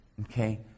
Okay